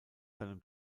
seinem